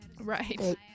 Right